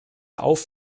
auf